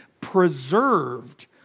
preserved